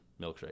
milkshake